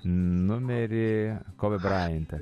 numerį kobį braintą